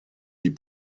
les